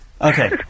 Okay